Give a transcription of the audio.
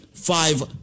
five